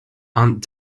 aunt